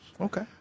Okay